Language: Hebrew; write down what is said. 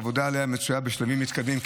והעבודה עליו מצויה בשלבים מתקדמים.